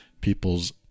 people's